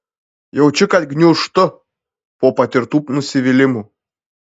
jaučiu kad gniūžtu po patirtų nusivylimų